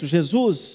Jesus